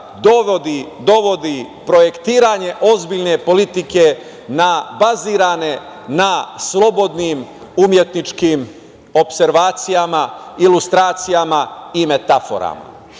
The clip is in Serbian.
dovodi projektovanje ozbiljne politike bazirane na slobodnim umetničkim opservacijama, ilustracijama i metaforama. Svakako,